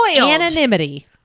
anonymity